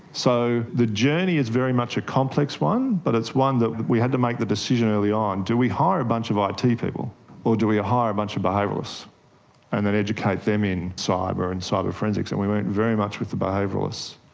so the journey is very much a complex one, but it's one we had to make the decision early on do we hire a bunch of ah it people or do we hire a bunch of behaviouralists and then educate them in cyber and cyber forensics. and we went very much with the behaviouralists.